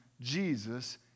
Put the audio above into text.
Jesus